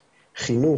חינוך,